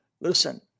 Listen